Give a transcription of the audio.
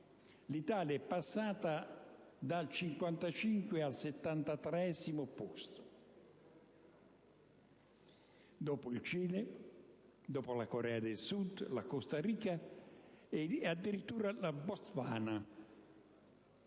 l'Italia è passata dal 55° al 73° posto, dopo il Cile, la Corea del Sud, il Costa Rica e addirittura il Botswana,